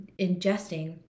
ingesting